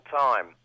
time